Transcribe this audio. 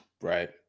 right